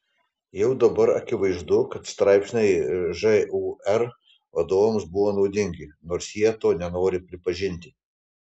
jau dabar akivaizdu kad straipsniai žūr vadovams buvo naudingi nors jie to nenori pripažinti